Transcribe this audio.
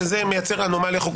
שזה מייצר אנומליה.